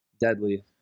Deadly